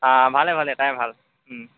অঁ ভালে ভালে তাই ভাল